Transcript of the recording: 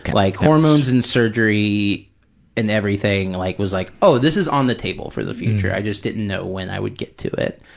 like hormones and surgery and everything like, was like, oh, this is on the table for the future. i just didn't know when i would get to it.